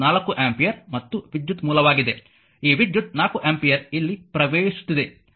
ಇದು 4 ಆಂಪಿಯರ್ ಮತ್ತು ವಿದ್ಯುತ್ ಮೂಲವಾಗಿದೆ ಈ ವಿದ್ಯುತ್ 4 ಆಂಪಿಯರ್ ಇಲ್ಲಿ ಪ್ರವೇಶಿಸುತ್ತಿದೆ